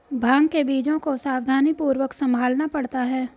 भांग के बीजों को सावधानीपूर्वक संभालना पड़ता है